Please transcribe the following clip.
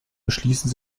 beschließen